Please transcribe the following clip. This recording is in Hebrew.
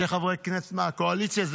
שני חברי כנסת מהקואליציה,